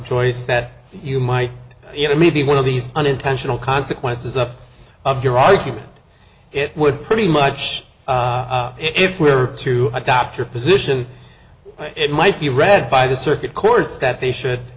joyce that you might you know maybe one of these unintentional consequences of your argument it would pretty much if we were to adopt your position it might be read by the circuit courts that they should